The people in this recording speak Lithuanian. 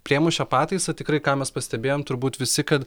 priėmus šią pataisą tikrai ką mes pastebėjom turbūt visi kad